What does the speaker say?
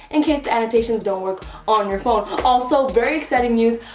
and case the annotations don't work on your phone. also, very exciting news.